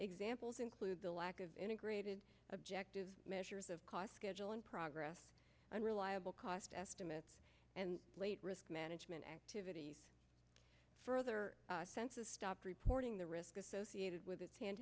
examples include the lack of integrated objective measures of cost schedule in progress unreliable cost estimates and late risk management activities further offenses stopped reporting the risk associated with its hand